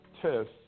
test